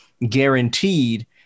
guaranteed